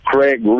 Craig